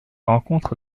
rencontre